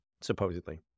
supposedly